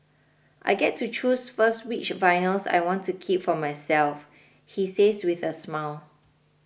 I get to choose first which vinyls I want to keep for myself he says with a smile